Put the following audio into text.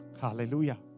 Hallelujah